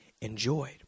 enjoyed